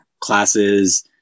classes